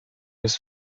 was